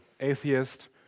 Atheist